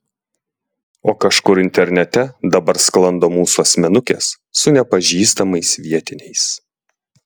o kažkur internete dabar sklando mūsų asmenukės su nepažįstamais vietiniais